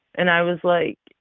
and i was like,